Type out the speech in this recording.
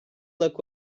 look